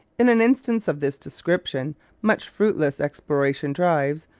in an instance of this description much fruitless exploration drives,